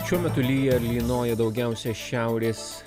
šiuo metu lyja lynoja daugiausia šiaurės